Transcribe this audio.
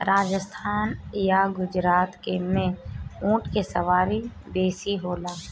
राजस्थान आ गुजरात में ऊँट के सवारी बेसी होला